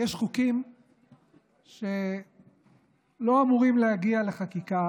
יש חוקים שלא אמורים להגיע לחקיקה